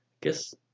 guess